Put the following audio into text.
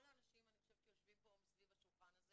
כל האנשים שיושבים פה סביב השולחן הזה